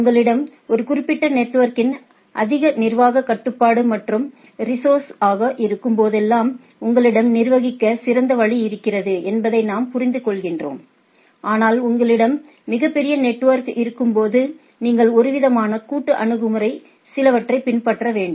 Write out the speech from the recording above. உங்களிடம் ஒரு குறிப்பிட்ட நெட்வொர்க்கின் அதிக நிர்வாகக் கட்டுப்பாடு மற்றும் மற்றும் ரிஸோஸர்ஸ் இருக்கும் போதெல்லாம் உங்களிடம் நிர்வகிக்க சிறந்த வழி இருக்கிறது என்பதை நாம் புரிந்துகொள்கிறோம் ஆனால் உங்களிடம் மிகப் பெரிய நெட்வொர்க் இருக்கும்போது நீங்கள் ஒருவிதமான கூட்டு அணுகுமுறை சிலவற்றைப் பின்பற்ற வேண்டும்